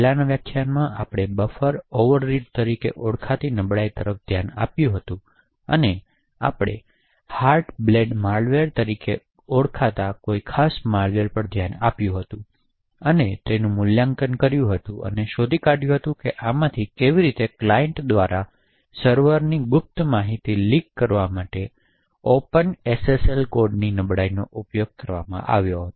પહેલાનાં વ્યાખ્યાનમાં આપણે બફર ઓવરરીડ તરીકે ઓળખાતા નબળાઈઓ તરફ ધ્યાન આપ્યું હતું અને આપણે હાર્ટબ્લેડ માલવેર તરીકે ઓળખાતા કોઈ ખાસ માલવેર પર ધ્યાન આપ્યું હતું અને તેનું મૂલ્યાંકન કર્યું હતું અને શોધી કાઢ્યું હતું કે આમાંથી કેવી રીતે ક્લાઈન્ટ દ્વારા સર્વરની ગુપ્ત માહિતી લીક કરવા માટે ઓપન એસએસએલ કોડમાં નબળાઈનો ઉપયોગ કરવામાં આવ્યો છે